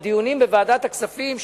בדיונים בוועדת הכספים,